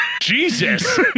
Jesus